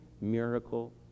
miracle